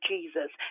Jesus